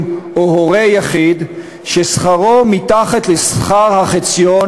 או להורה יחיד ששכרו מתחת לשכר החציון,